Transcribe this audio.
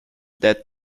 that